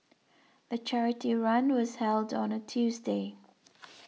the charity run was held on a Tuesday